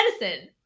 medicine